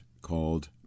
called